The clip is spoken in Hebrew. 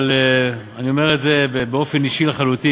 אבל אני אומר את זה באופן אישי לחלוטין,